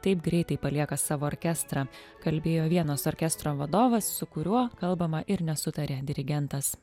taip greitai palieka savo orkestrą kalbėjo vienos orkestro vadovas su kuriuo kalbama ir nesutarė dirigentas